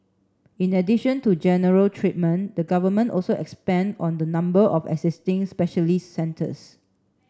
in addition to general treatment the Government also expand on the number of existing specialist centres